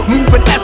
Moving